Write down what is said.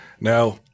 Now